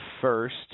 first